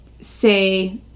say